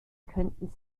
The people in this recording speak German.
könnten